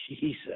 Jesus